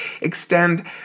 extend